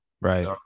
right